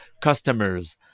customers